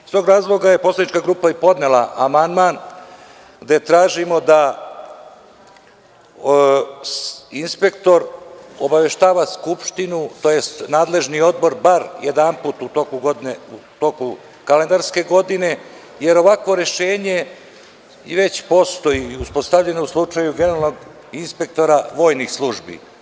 Iz tog razloga je poslanička grupa i podnela amandman gde tražimo da inspektor obaveštava Skupštinu tj. nadležni odbor bar jedanput u toku godine, u toku kalendarske godine, jer ovakvo rešenje već postoji i uspostavljeno je u slučaju generalnog inspektora vojnih službi.